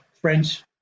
French